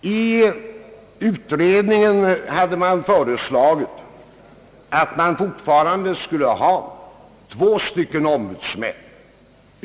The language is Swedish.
Av utredningen hade föreslagits att man fortfarande skulle ha två ombudsmän.